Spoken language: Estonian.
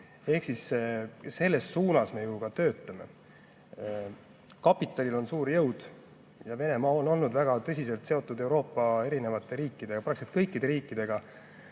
Samas me selles suunas ju ka töötame. Kapitalil on suur jõud ja Venemaa on olnud väga tugevalt seotud Euroopa erinevate riikide ja praktiliselt kõikide riikidega.